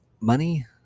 money